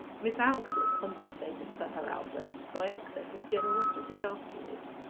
miss aldclyffe compensated for her outbursts by excess of generosity afterwards.